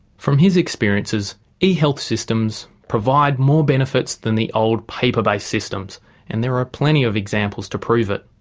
from his experiences e-health systems provide more benefits than the old paper based systems and there are plenty of examples to prove it.